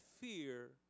fear